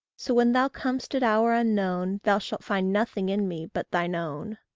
so when thou com'st at hour unknown, thou shalt find nothing in me but thine own.